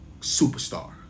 superstar